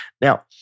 Now